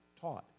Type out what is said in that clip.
taught